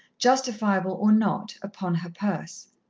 justifiable or not, upon her purse.